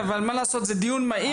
על ההזמנה לדיון המהיר הזה,